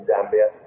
Zambia